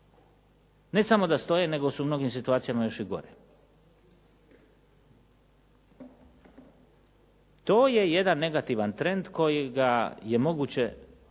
ne samo da stoje nego su u mnogim situacijama još i gore. To je jedan negativan trend kojega je moguće